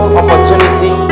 opportunity